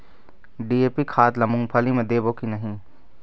DAP खाद ला मुंगफली मे देबो की नहीं?